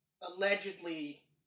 allegedly